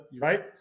right